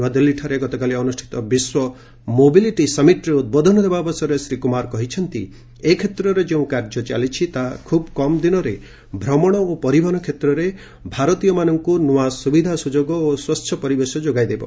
ନୁଆଦିଲ୍ଲୀଠାରେ ଗତକାଲି ଅନୁଷ୍ଠିତ ବିଶ୍ୱ ମୋବିଲିଟି ସମିଟ୍ରେ ଉଦ୍ବୋଧନ ଦେବା ଅବସରରେ ଶ୍ରୀ କୁମାର କହିଛନ୍ତି ଏ କ୍ଷେତ୍ରରେ ଯେଉଁ କାର୍ଯ୍ୟ ଚାଲିଛି ତାହା ଖୁବ୍ କମ୍ ଦିନରେ ଭ୍ରମଣ ଓ ପରିବହନ କ୍ଷେତ୍ରରେ ଭାରତୀୟମାନଙ୍କୁ ନୂଆ ସୁବିଧା ସୁଯୋଗ ଏବଂ ସ୍ୱଚ୍ଛ ପରିବେଶ ଯୋଗାଇଦେବ